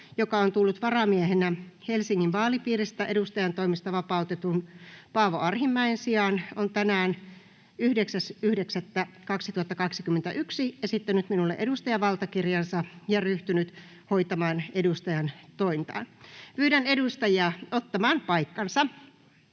joka on tullut varamiehenä Helsingin vaalipiiristä edustajantoimesta vapautetun Paavo Arhinmäen sijaan, on tänään 9.9.2021 esittänyt minulle edustajavaltakirjansa ja ryhtynyt hoitamaan edustajantointaan. Pyydän edustajia ottamaan paikkansa.